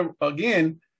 again